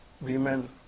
Women